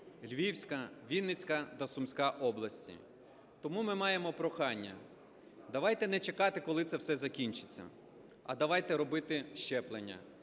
Львівська, Вінницька та Сумська області. Тому ми маємо прохання, давайте не чекати, коли це все закінчиться, а давайте робити щеплення,